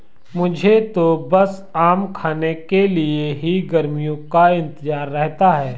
मुझे तो बस आम खाने के लिए ही गर्मियों का इंतजार रहता है